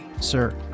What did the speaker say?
sir